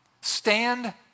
stand